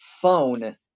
phone